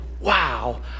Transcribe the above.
Wow